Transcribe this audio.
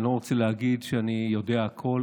אני לא רוצה להגיד שאני יודע הכול.